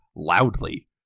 loudly